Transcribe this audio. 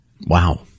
Wow